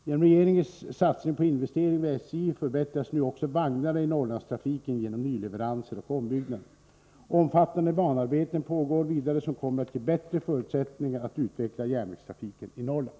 Genom regeringens satsning på investeringar vid SJ förbättras nu också vagnarna i Norrlandstrafiken genom nyleveranser och ombyggnader. Omfattande banarbeten pågår vidare som kommer att ge bättre förutsättningar att utveckla järnvägstrafiken i Norrland.